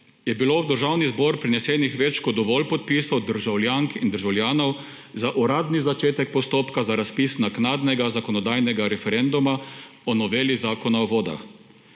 je bilo v Državni zbor prinesenih več kot dovolj podpisov državljank in državljanov za uradni začetek postopka za razpis naknadnega zakonodajnega referenduma o noveli Zakona o vodah.